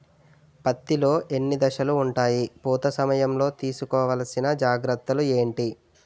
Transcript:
పత్తి లో ఎన్ని దశలు ఉంటాయి? పూత సమయం లో తీసుకోవల్సిన జాగ్రత్తలు ఏంటి?